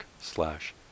slash